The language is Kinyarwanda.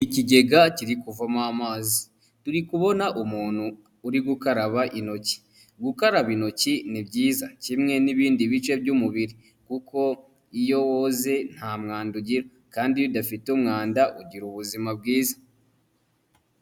Ikigega kiri kuvamo amazi, turi kubona umuntu uri gukaraba intoki, gukaraba intoki ni byiza kimwe n'ibindi bice by'umubiri kuko iyo woze nta mwanda ugira, kandi iyo udafite umwanda ugira ubuzima bwiza.